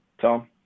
Tom